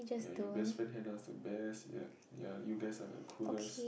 ya your best friend Hanna the best ya ya you guys are the coolest